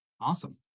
awesome